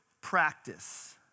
practice